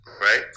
right